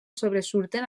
sobresurten